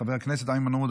חבר הכנסת איימן עודה,